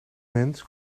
mens